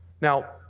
Now